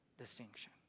distinction